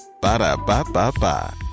Ba-da-ba-ba-ba